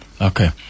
Okay